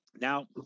Now